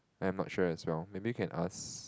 I'm not sure as well maybe you can ask